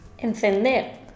encender